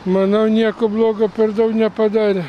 manau nieko blogo per daug nepadarė